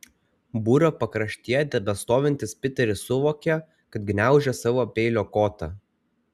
būrio pakraštyje tebestovintis piteris suvokė kad gniaužia savo peilio kotą